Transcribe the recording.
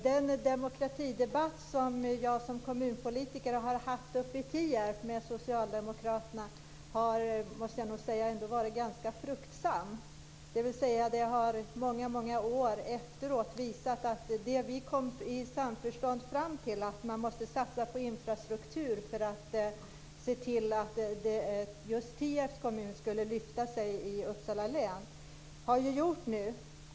Den demokratidebatt som jag som kommunpolitiker har haft uppe i Tierp med socialdemokraterna har, måste jag nog säga, ändå varit ganska fruktsam. Det har många år efteråt visat sig att det vi i samförstånd kom fram till, dvs. att vi måste satsa på infrastruktur för att se till att lyfta upp just Tierps kommun i Uppsala län, var bra.